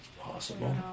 Possible